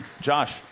Josh